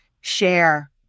share